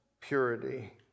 purity